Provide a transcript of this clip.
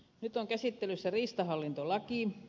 nyt on käsittelyssä riistahallintolaki